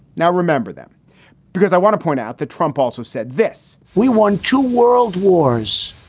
now remember them because i want to point out that trump also said this we won two world wars,